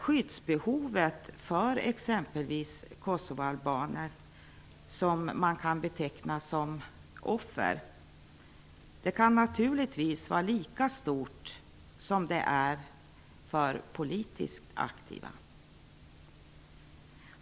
Skyddsbehovet för exempelvis Kosovoalbaner, som man kan beteckna som ''offer'', kan naturligtvis vara lika stort som det är för politiskt aktiva.